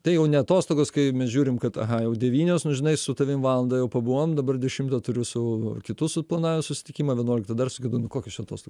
tai jau ne atostogos kai mes žiūrim kad aha jau devynios nu žinai su tavim valandą jau pabuvom dabar dešimtą turiu su kitu suplanavęs susitikimą vienuoliktą dar su kitu nu kokios čia atostogos